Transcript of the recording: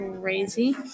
crazy